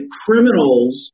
criminals